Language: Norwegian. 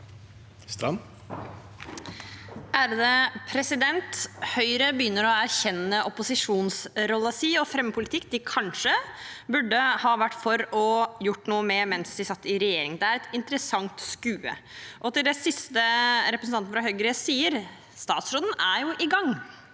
Strand (Sp) Høyre begynner å erkjenne opposisjonsrollen sin og fremmer politikk de kanskje burde ha vært for og gjort noe med mens de satt i regjering. Det er et interessant skue. Og til det siste representanten fra Høyre sier: Statsråden er jo i gang.